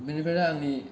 बिनिफ्राय दा आंनि